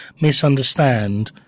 misunderstand